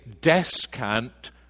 descant